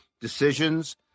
decisions